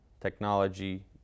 technology